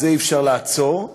את זה אי-אפשר לעצור,